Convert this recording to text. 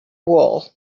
wool